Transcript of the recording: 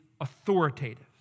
authoritative